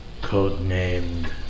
Codenamed